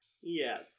Yes